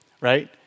right